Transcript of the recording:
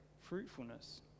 fruitfulness